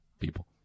People